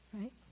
right